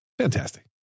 Fantastic